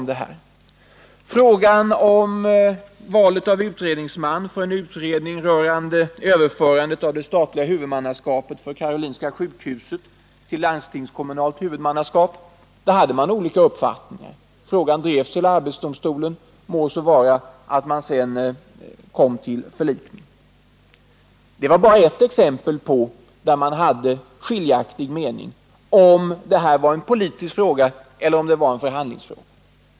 I frågan om valet av utredningsman för en utredning rörande överförandet av det statliga huvudmannaskapet för Karolinska sjukhuset till landstingskommunalt huvudmannaskap hade man olika uppfattningar. Frågan fördes till arbetsdomstolen, låt vara att man sedan förlikades. Detta är bara ett exempel på skiljaktiga meningar om huruvida det rörde sig om en politisk fråga eller var en förhandlingsfråga.